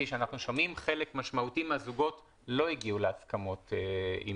חלק משמעותי מהזוגות לא הגיעו להסכמות עם